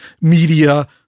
media